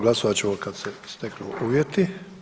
Glasovat ćemo kad se steknu uvjeti.